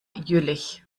jüllich